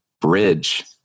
bridge